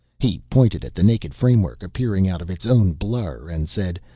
he pointed at the naked framework appearing out of its own blur and said,